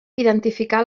identificar